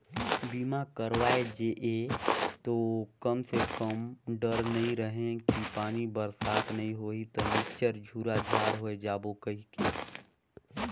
बीमा करवाय जे ये तो कम से कम डर नइ रहें कि पानी बरसात नइ होही त निच्चर झूरा झार होय जाबो कहिके